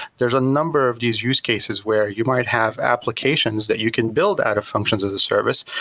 there's a number of these use cases where you might have applications that you can build out a function as as a service.